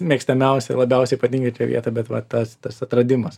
mėgstamiausią labiausiai patinkančią vietą bet va tas tas atradimas